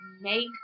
make